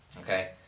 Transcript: Okay